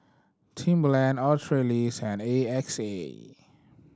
Timberland Australis and A X A